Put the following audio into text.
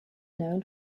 known